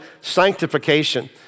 sanctification